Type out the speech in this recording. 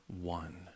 one